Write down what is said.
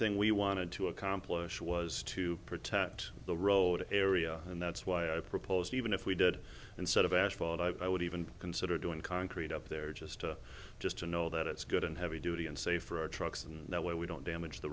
thing we wanted to accomplish was to protect the road area and that's why i proposed even if we did instead of asphalt i would even consider doing concrete up there just to just to know that it's good and heavy duty and safe for our trucks and that way we don't damage the